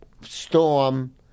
Storm